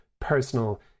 personal